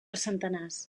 centenars